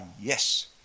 yes